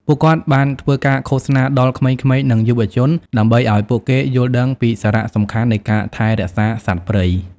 ពួកគាត់បានធ្វើការឃោសនាដល់ក្មេងៗ និងយុវជនដើម្បីឱ្យពួកគេយល់ដឹងពីសារៈសំខាន់នៃការថែរក្សាសត្វព្រៃ។